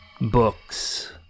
books